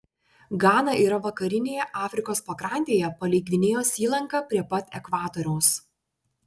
gana yra vakarinėje afrikos pakrantėje palei gvinėjos įlanką prie pat ekvatoriaus